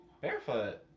Barefoot